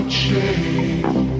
change